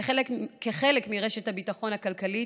כחלק מרשת הביטחון הכלכלית,